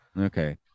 okay